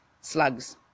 Slugs